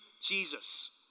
Jesus